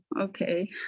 okay